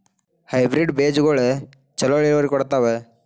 Hybrid ಬೇಜಗೊಳು ಛಲೋ ಇಳುವರಿ ಕೊಡ್ತಾವ?